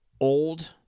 old